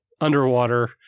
underwater